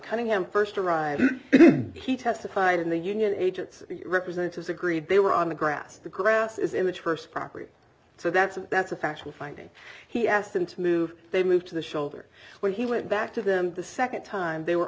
cunningham first arrived he testified in the union agent's representatives agreed they were on the grass the grass is image first property so that's a that's a factual finding he asked them to move they moved to the shelter when he went back to them the second time they were